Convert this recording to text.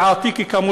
אלוהים יברך אותך.